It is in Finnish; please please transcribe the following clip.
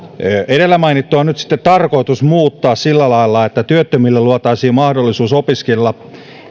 edellä mainittua on nyt sitten tarkoitus muuttaa sillä lailla että työttömille luotaisiin mahdollisuus opiskella